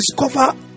discover